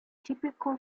typical